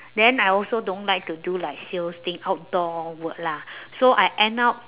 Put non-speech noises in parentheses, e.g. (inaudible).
then I also don't like to do like sales thing outdoor work lah (breath) so I end up